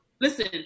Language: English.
Listen